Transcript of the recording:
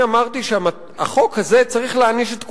אני אמרתי שהחוק הזה צריך להעניש את כולם: